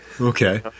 okay